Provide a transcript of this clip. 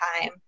time